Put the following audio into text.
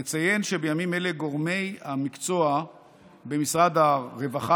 נציין שבימים אלה גורמי המקצוע במשרד הרווחה